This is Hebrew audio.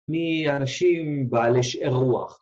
מאנשים בעלי שאר רוח